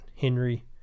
henry